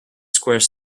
square